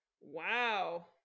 Wow